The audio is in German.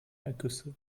ergüsse